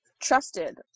trusted